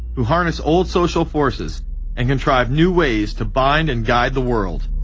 who harness old social forces and contrive new ways to bind and guide the world.